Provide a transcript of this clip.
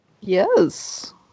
Yes